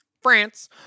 France